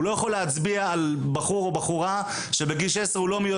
הוא לא יכול להצביע על מישהו שבגיל 16 הוא לא יודע